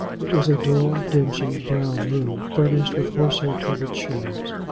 it was a dull, dingy, brown room, furnished with horsehair-covered chairs,